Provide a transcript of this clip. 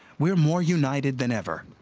we are more united than ever.